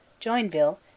JOINVILLE